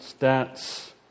stats